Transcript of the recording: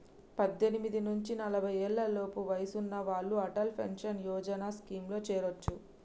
పద్దెనిమిది నుంచి నలభై ఏళ్లలోపు వయసున్న వాళ్ళు అటల్ పెన్షన్ యోజన స్కీమ్లో చేరొచ్చు